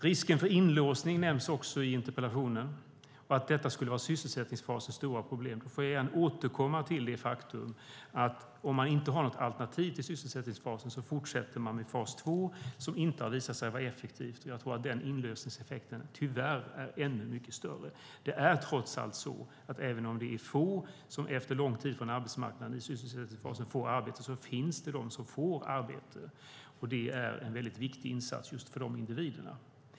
Risken för inlåsning och att det skulle vara sysselsättningsfasens stora problem nämns också i interpellationen. Då får jag återkomma till det faktum att om man inte har något alternativ till sysselsättningsfasen så fortsätter man med fas 2 som inte har visat sig vara effektivt. Jag tror att den inlåsningseffekten tyvärr är ännu mycket större. Det är trots allt så att även om det är få som efter lång tid borta från arbetsmarknaden i sysselsättningsfasen får arbete så finns det de som får arbete, och det är en väldigt viktig insats just för dessa individer.